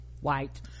White